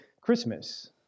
Christmas